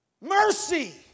Mercy